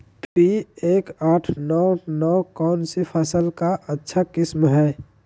P एक आठ नौ नौ कौन सी फसल का अच्छा किस्म हैं?